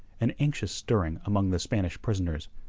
an anxious stirring among the spanish prisoners.